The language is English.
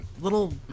little